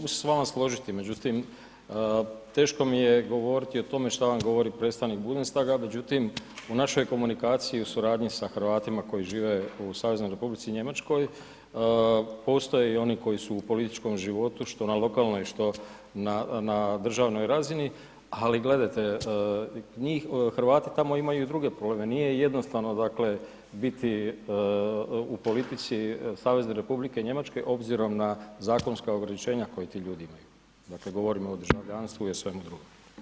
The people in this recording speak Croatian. Pa mogu se s vama složiti, međutim teško mi je govoriti o tome šta vam govori predstavnik Bundestaga, međutim u našoj komunikaciji u suradnji sa Hrvatima koji žive u Saveznoj Republici Njemačkoj postoje i oni koji su u političkom životu što na lokalnoj, što na državnoj razini, ali gledajte Hrvati tamo imaju i druge probleme, nije jednostavno dakle biti u politici Savezne Republike Njemačke obzirom na zakonska ograničenja koje ti ljudi imaju, dakle govorim o državljanstvu i o svemu drugome.